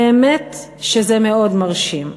באמת שזה מאוד מרשים.